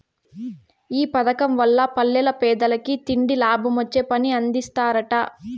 ఈ పదకం వల్ల పల్లెల్ల పేదలకి తిండి, లాభమొచ్చే పని అందిస్తరట